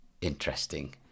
interesting